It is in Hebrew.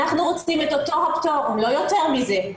אנחנו רוצים את אותו הפטור, לא יותר מזה.